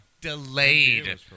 delayed